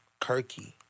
Kirky